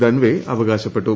ദൻവേ അവകാശപ്പെട്ടു